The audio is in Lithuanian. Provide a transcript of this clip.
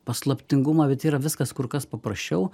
paslaptingumą bet yra viskas kur kas paprasčiau